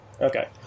okay